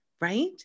right